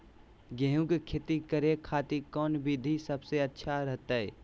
गेहूं के खेती करे खातिर कौन विधि सबसे अच्छा रहतय?